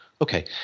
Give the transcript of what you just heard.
Okay